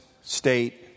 state